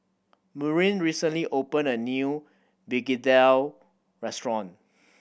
Maureen recently opened a new begedil restaurant